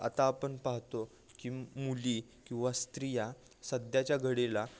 आता आपण पाहतो की मुली किंवा स्त्रिया सध्याच्या घडीला